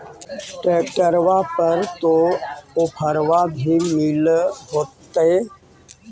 ट्रैक्टरबा पर तो ओफ्फरबा भी मिल होतै?